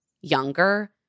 younger